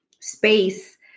space